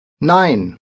Nein